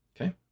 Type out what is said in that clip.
Okay